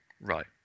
Right